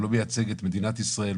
הוא לא מייצג את מדינת ישראל,